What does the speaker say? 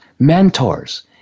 Mentors